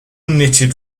knitted